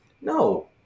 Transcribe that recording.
No